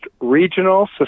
Regional